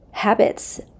habits